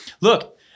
look